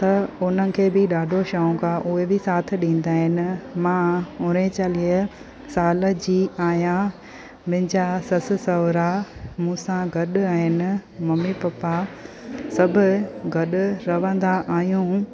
त उन्हनि खे बि ॾाढो शौक़ु आहे कोई बि साथ ॾींदा आहिनि मां उणेतालीह साल जी आहियां मुंहिंजा ससु सहुरा मूंसां गॾु आहिनि मम्मी पप्पा सभु गॾु रहंदा आहियूं